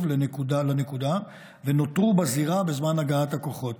לנקודה ונותרו בזירה בזמן הגעת הכוחות.